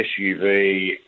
SUV